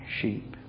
sheep